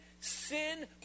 sin